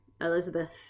Elizabeth